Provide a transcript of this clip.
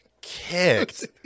kicked